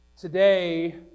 today